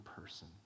person